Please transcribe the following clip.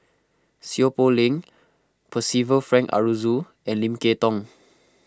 Seow Poh Leng Percival Frank Aroozoo and Lim Kay Tong